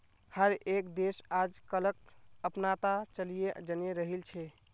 हर एक देश आजकलक अपनाता चलयें जन्य रहिल छे